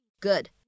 good